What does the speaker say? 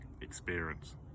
experience